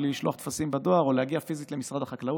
בלי לשלוח טפסים בדואר או להגיע פיזית למשרד החקלאות.